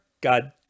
God